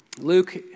Luke